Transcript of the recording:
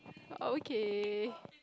okay